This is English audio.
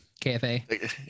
KFA